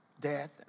death